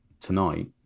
tonight